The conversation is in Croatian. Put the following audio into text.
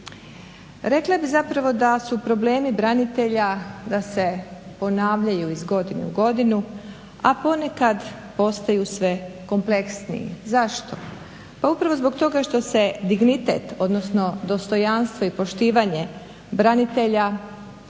Rekla bi zapravo da su problemi branitelja da se ponavljaju iz godine u godinu, a ponekad postaju sve kompleksniji. Zašto? Pa upravo zbog toga što se dignitet, odnosno dostojanstvo i poštivanje branitelja